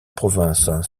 province